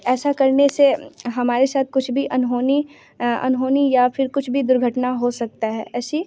ऐसा करने से हमारे साथ कुछ भी अनहोनी अनहोनी या फिर कुछ भी दुर्घटना हो सकता है ऐसी